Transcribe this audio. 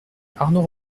arnaud